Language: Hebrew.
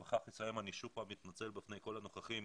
אני שוב מתנצל בפני כל הנוכחים.